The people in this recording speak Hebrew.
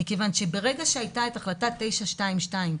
מכיוון שברגע שהייתה החלטה 922,